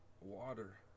Water